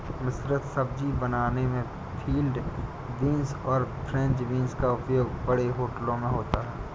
मिश्रित सब्जी बनाने में फील्ड बींस और फ्रेंच बींस का उपयोग बड़े होटलों में होता है